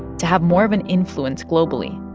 to have more of an influence globally.